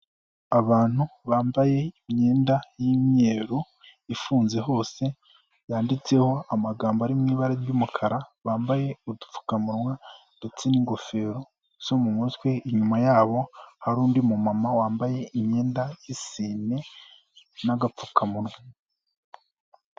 Abantu bambaye imyenda y'imyeru ifunze hose, yanditseho amagambo ari mu ibara ry'umukara, bambaye udupfukamunwa ndetse n'ingofero zo mu mutwe, inyuma yabo hari undi mumama wambaye imyenda y'isine n'agapfukamunwa.